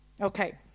Okay